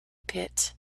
pit